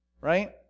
Right